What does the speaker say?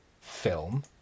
film